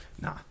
nah